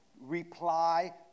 reply